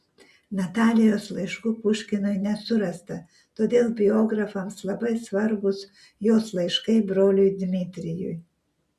natalijos laiškų puškinui nesurasta todėl biografams labai svarbūs jos laiškai broliui dmitrijui